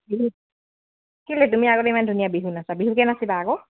বিহু কেলে তুমি আগতে ইমান ধুনীয়া বিহু নাচা বিহুকে নাচিবা আকৌ